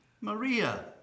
Maria